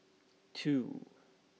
two